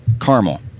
caramel